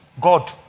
God